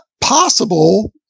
possible